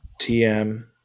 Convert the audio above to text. TM